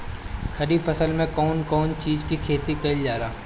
खरीफ फसल मे कउन कउन चीज के खेती कईल जाला?